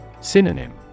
Synonym